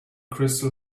crystal